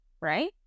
right